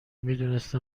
میدونسته